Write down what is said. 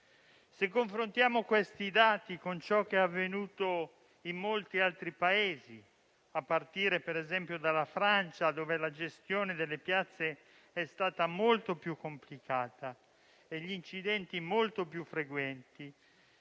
Se confrontiamo questi dati con ciò che è avvenuto in molti altri Paesi, a partire per esempio dalla Francia dove la gestione delle piazze è stata molto più complicata e gli incidenti molto più frequenti,